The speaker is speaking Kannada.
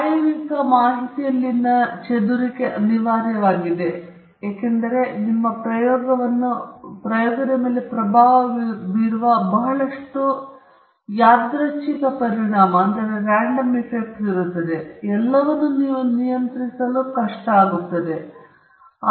ಪ್ರಾಯೋಗಿಕ ಮಾಹಿತಿಯಲ್ಲಿನ ಚೆದುರಿಕೆ ಅನಿವಾರ್ಯವಾಗಿದೆ ಏಕೆಂದರೆ ನಿಮ್ಮ ಪ್ರಯೋಗವನ್ನು ಪ್ರಭಾವ ಬೀರುವ ಬಹಳಷ್ಟು ಯಾದೃಚ್ಛಿಕ ಪರಿಣಾಮಗಳಿವೆ ಮತ್ತು ನೀವು ಎಲ್ಲವನ್ನೂ ನಿಯಂತ್ರಿಸಲಾಗುವುದಿಲ್ಲ